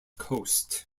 coast